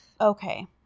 Okay